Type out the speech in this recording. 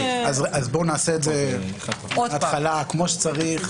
בוא נעשה את זה כמו שצריך מההתחלה.